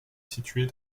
située